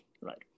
right